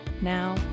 Now